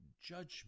judgment